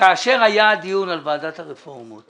כאשר היה הדיון על ועדת הרפורמות